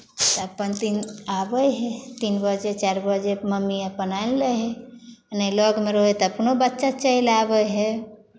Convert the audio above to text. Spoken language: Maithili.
अपन तीन आबै हइ तीन बजे चारि बजे मम्मी अपन आनि लैत हइ नहि लगमे रहै तऽ अपनो बच्चा चलि आबै हइ